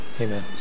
Amen